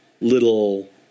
little